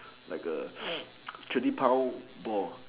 like a twenty pound boar